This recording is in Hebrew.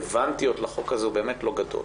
הרלוונטיות לחוק הזה הוא לא גדול,